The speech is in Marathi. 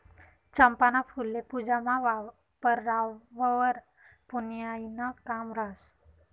चंपाना फुल्ये पूजामा वापरावंवर पुन्याईनं काम रहास